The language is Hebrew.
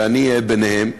ואני ביניהם.